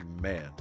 man